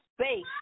space